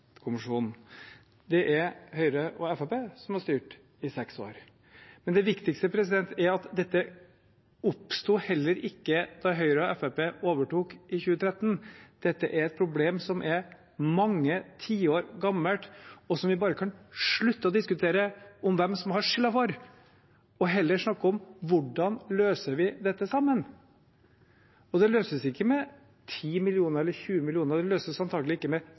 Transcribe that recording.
Det er Høyre og Fremskrittspartiet som har styrt i seks år. Men det viktigste er at dette heller ikke oppsto da Høyre og Fremskrittspartiet overtok i 2013. Dette er et problem som er mange tiår gammelt, som vi bare kan slutte å diskutere hvem som har skylden for, og heller snakke om hvordan vi løser sammen. Det løses ikke med 10 mill. kr eller 20 mill. kr – det løses antagelig ikke med